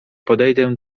podejdę